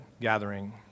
gathering